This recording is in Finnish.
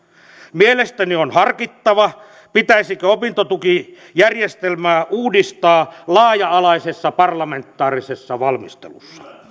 mielestäni on harkittava pitäisikö opintotukijärjestelmää uudistaa laaja alaisessa parlamentaarisessa valmistelussa